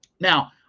Now